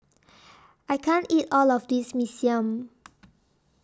I can't eat All of This Mee Siam